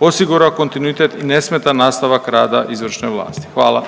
osigurao kontinuitet i nesmetan nastavak rada izvršne vlasti. Hvala.